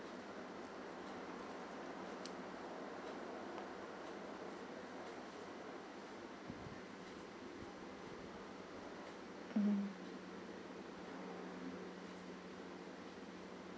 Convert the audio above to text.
mm